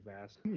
fast